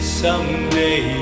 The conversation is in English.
someday